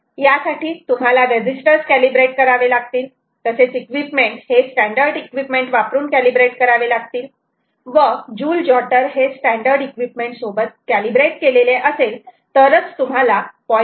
यासाठी तुम्हाला registers calibrate करावे लागतील तसेच इक्विपमेंट हे स्टॅंडर्ड इक्विपमेंट वापरून कॅलीब्रेट करावे लागतील व जुल जॉटर हे स्टॅंडर्ड इक्विपमेंट सोबत कॅलीब्रेट केलेले असेल तरच तुम्हाला ०